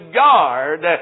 guard